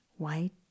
white